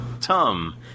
Tum